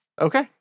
Okay